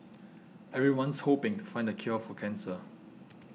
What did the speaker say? everyone's hoping to find the cure for cancer